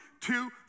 two